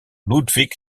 ludwig